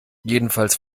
jedenfalls